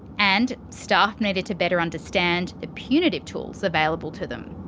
and staff needed to better understand the punitive tools available to them.